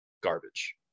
garbage